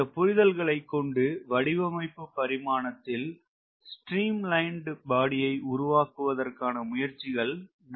இந்த புரிதல்களை கொண்டு வடிவமைப்பு பரிணாமத்தில் ஸ்ட்ரீம் லைன் பாடியை உருவாக்குவதற்கான முயற்சிகள் நடக்கிறது